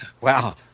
wow